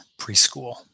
preschool